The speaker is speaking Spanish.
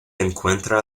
encuentra